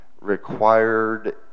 required